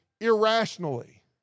irrationally